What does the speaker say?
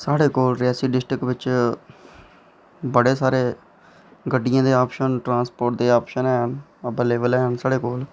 साढ़े कोल रियासी डिस्ट्रिक बिच बड़े सारे गड्डियें दे ट्रांसपोर्ट दे ऑप्शन हैन बल्लें बल्लें हैन साढ़े कोल